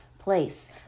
place